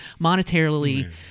Monetarily